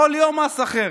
כל יום מס אחר.